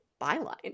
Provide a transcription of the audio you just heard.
byline